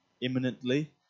imminently